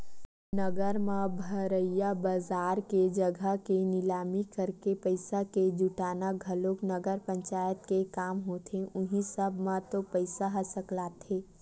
नगर म भरइया बजार के जघा के निलामी करके पइसा के जुटाना घलोक नगर पंचायत के काम होथे उहीं सब म तो पइसा ह सकलाथे